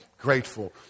grateful